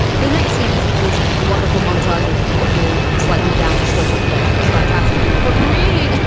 the next scene is of course a wonderful montage of beautiful slightly damp sweaty flesh and fantastic but really.